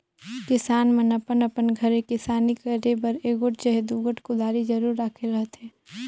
किसान मन अपन अपन घरे किसानी करे बर एगोट चहे दुगोट कुदारी जरूर राखे रहथे